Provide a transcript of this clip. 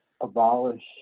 abolish